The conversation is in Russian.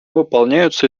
выполняются